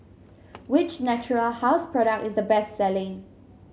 which Natura House product is the best selling